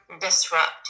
disrupt